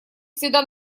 всегда